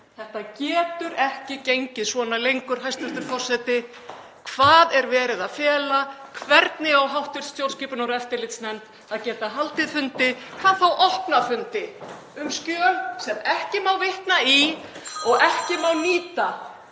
Þetta getur ekki gengið svona lengur, hæstv. forseti. Hvað er verið að fela? Hvernig á hv. stjórnskipunar- og eftirlitsnefnd að geta haldið fundi, hvað þá opna fundi, um skjöl sem ekki má vitna í og ekki má nýta